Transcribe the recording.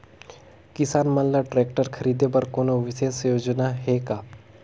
किसान मन ल ट्रैक्टर खरीदे बर कोनो विशेष योजना हे का?